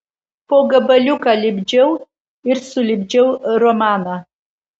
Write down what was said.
po gabaliuką lipdžiau ir sulipdžiau romaną